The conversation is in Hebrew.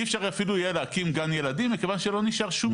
אי אפשר אפילו יהיה להקים גן ילדים מכיוון שלא נשאר שום שטח.